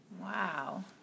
Wow